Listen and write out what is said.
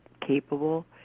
capable